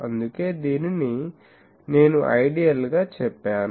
అందుకే దీనిని నేను ఐడియల్ గా చెప్పాను